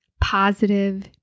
positive